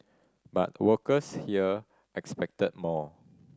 but workers here expected more